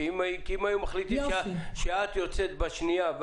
כי אם היו מחליטים שאת יוצאת בשנייה,